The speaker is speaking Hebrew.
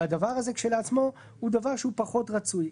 והדבר הזה כשלעצמו הוא דבר שהוא פחות רצוי.